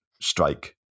strike